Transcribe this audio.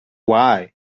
why